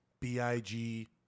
B-I-G